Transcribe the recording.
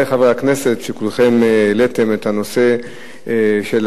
חברי חברי הכנסת, שכולכם העליתם את הנושא של